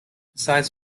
besides